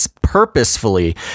purposefully